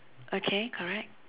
okay correct